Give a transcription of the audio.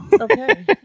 Okay